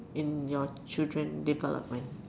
in your children development